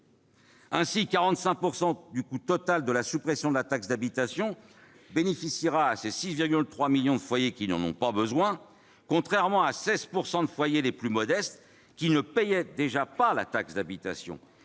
Ainsi, 45 % du coût total de la suppression de la taxe d'habitation profitera à ces 6,3 millions de foyers qui n'en ont pas besoin, tandis que les 16 % de foyers les plus modestes, qui ne payent déjà pas la taxe d'habitation,